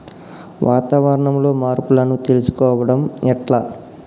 వాతావరణంలో మార్పులను తెలుసుకోవడం ఎట్ల?